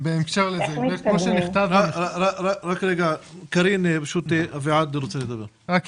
רק רגע קארין ברשותך, אביעד רוצה לדבר.